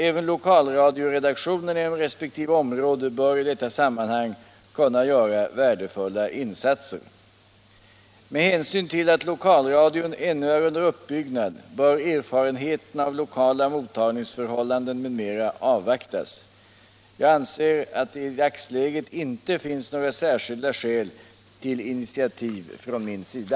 Även lokalradioredaktionerna inom resp. område bör i detta sammanhang kunna göra värdefulla insatser. Med hänsyn till att lokalradion ännu är under uppbyggnad bör erfarenheterna av lokala mottagningsförhållanden m.m. avvaktas. Jag anser att det i dagsläget inte finns några särskilda skäl till initiativ från min sida.